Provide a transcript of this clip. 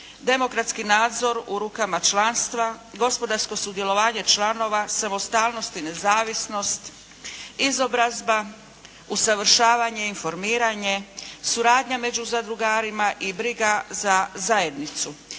demokratski nadzor u rukama članstva, gospodarstvo sudjelovanje članova, samostalnost i nezavisnost, izobrazba, usavršavanje, informiranje, suradnja među zadrugarima i briga za zajednicu.